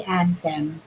anthem